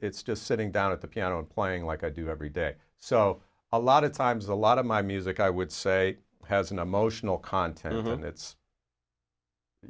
it's just sitting down at the piano and playing like i do every day so a lot of times a lot of my music i would say has an emotional content to them that's